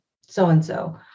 so-and-so